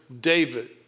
David